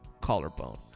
Collarbone